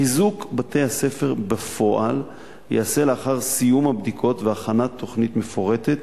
חיזוק בתי-הספר בפועל ייעשה לאחר סיום הבדיקות והכנסת תוכנית מפורטת